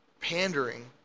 pandering